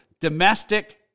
domestic